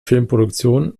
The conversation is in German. filmproduktion